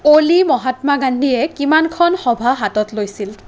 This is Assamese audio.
অ'লি মহাত্মা গান্ধীয়ে কিমানখন সভা হাতত লৈছিল